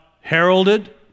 heralded